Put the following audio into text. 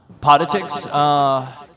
Politics